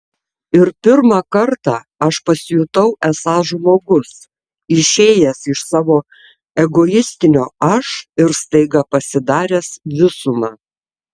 ir pirmą kartą aš pasijutau esąs žmogus išėjęs iš savo egoistinio aš ir staiga pasidaręs visuma